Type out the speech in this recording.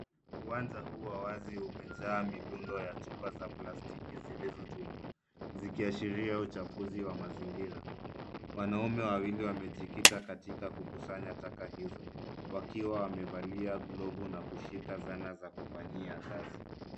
Uwanja huu wa wazi umejaa mirundo ya chupa za plastiki zilizotupwa zikiashiria uchafuzi wa mazingira. Wanaume wawili wamejikita katika kukusanya taka hizo wakiwa wamevalia glovu na kushika zana za kufanyia kazi.